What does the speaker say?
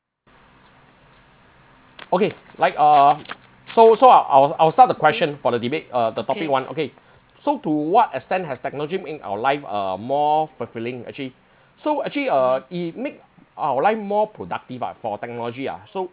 okay 来 uh so so I'll I'll start the question for the debate uh the topic one okay so to what extent has technology in our life uh more fulfilling actually so actually uh it made our life more productive ah for technology ah so